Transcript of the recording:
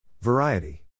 Variety